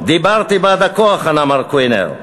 'דיברתי בעד הכוח', ענה מר קוינר.